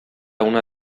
una